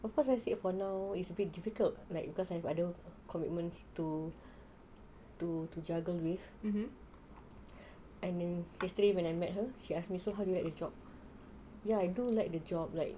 of course I said for now it's a bit difficult like because I have other commitments to to juggle with maybe and then yesterday when I met her she ask me so how do I like the job yes I do like the job like